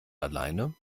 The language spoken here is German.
alleine